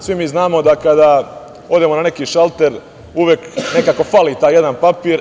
Svi mi znamo da kada odemo na neki šalter uvek nekako fali taj jedan papir.